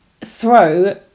throw